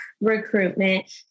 recruitment